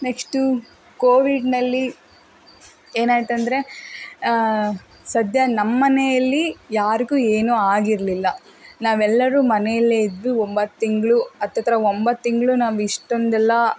next ಕೋವಿಡಲ್ಲಿ ಏನಾಯ್ತು ಅಂದರೆ ಸದ್ಯ ನಮ್ಮ ಮನೆಯಲ್ಲಿ ಯಾರಿಗೂ ಏನೂ ಆಗಿರಲಿಲ್ಲ ನಾವೆಲ್ಲರೂ ಮನೆಯಲ್ಲೇ ಇದ್ದು ಒಂಬತ್ತು ತಿಂಗಳು ಹತ್ತತ್ರ ಒಂಬತ್ತು ತಿಂಗಳು ನಾವು ಇಷ್ಟೊಂದೆಲ್ಲ